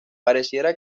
pareciera